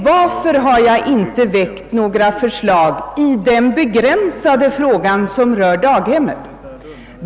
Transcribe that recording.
Varför har jag inte väckt några förslag i den begränsade frågan rörande daghemmen?